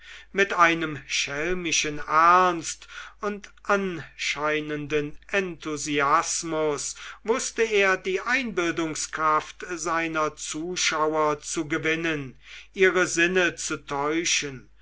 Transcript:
mit einem schelmischen ernst und anscheinendem enthusiasmus wußte er die einbildungskraft seiner zuschauer zu gewinnen ihre sinne zu täuschen